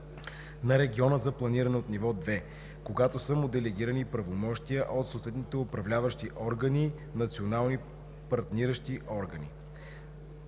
на региона за планиране от ниво 2, когато са му делегирани правомощия от съответните управляващи органи/национални партниращи органи;